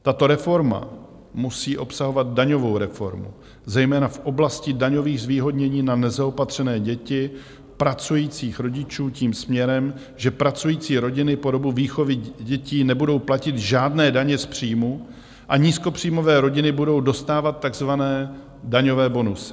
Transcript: Tato reforma musí obsahovat daňovou reformu zejména v oblasti daňových zvýhodnění na nezaopatřené děti pracujících rodičů tím směrem, že pracující rodiny po dobu výchovy dětí nebudou platit žádné daně z příjmu a nízkopříjmové rodiny budou dostávat takzvané daňové bonusy.